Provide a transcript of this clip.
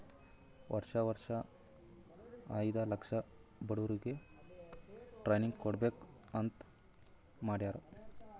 ವರ್ಷಾ ವರ್ಷಾ ಐಯ್ದ ಲಕ್ಷ ಬಡುರಿಗ್ ಟ್ರೈನಿಂಗ್ ಕೊಡ್ಬೇಕ್ ಅಂತ್ ಮಾಡ್ಯಾರ್